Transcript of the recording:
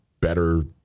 better